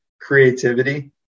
creativity